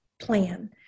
plan